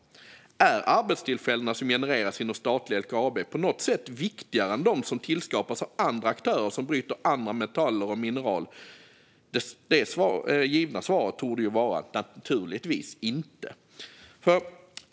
Är de arbetstillfällen som genereras inom statliga LKAB på något sätt viktigare än de som tillskapas av andra aktörer som bryter andra metaller och mineraler? Det givna svaret torde vara: Naturligtvis inte!